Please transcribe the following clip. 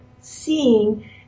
seeing